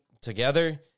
together